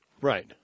Right